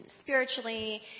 spiritually